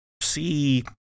see